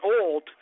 old